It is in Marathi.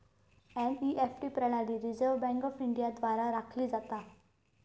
एन.ई.एफ.टी प्रणाली रिझर्व्ह बँक ऑफ इंडिया द्वारा राखली जाता